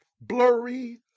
Blurry